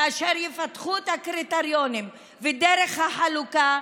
כאשר יפתחו את הקריטריונים ואת דרך החלוקה,